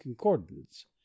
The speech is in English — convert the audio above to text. concordance